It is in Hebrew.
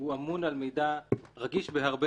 הוא אמון לפעמים על מידע רגיש בהרבה,